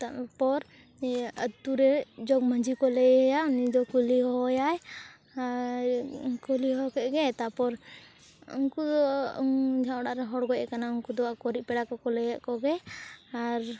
ᱛᱟᱨᱯᱚᱨ ᱤᱭᱟᱹ ᱟᱹᱛᱩᱨᱮ ᱡᱚᱜᱽᱢᱟᱺᱡᱷᱤ ᱠᱚ ᱞᱟᱹᱭ ᱟᱭᱟ ᱩᱱᱤ ᱫᱚ ᱠᱩᱞᱦᱤ ᱦᱚᱦᱚᱭᱟᱭ ᱟᱨ ᱠᱩᱞᱦᱤ ᱦᱚᱦᱚᱠᱮᱫ ᱜᱮ ᱛᱟᱨᱯᱚᱨ ᱩᱱᱠᱩ ᱫᱚ ᱡᱟᱦᱟᱸ ᱚᱲᱟᱜ ᱨᱮ ᱦᱚᱲᱮ ᱜᱚᱡ ᱟᱠᱟᱱᱟ ᱩᱱᱠᱩ ᱫᱚ ᱟᱠᱚᱨᱮᱡ ᱯᱮᱲᱟ ᱠᱚᱠᱚ ᱞᱟᱹᱭᱟᱜ ᱠᱚᱜᱮ ᱟᱨ